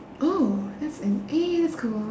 oh that's eh that's cool